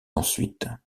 ensuite